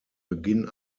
beginn